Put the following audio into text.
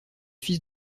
fils